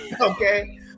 Okay